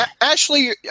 Ashley